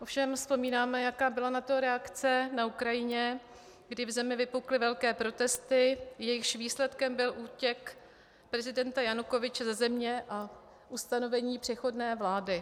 Ovšem vzpomínáme, jaká byla na to reakce na Ukrajině, kdy v zemi vypukly velké protesty, jejichž výsledkem byl útěk prezidenta Janukovyče ze země a ustanovení přechodné vlády.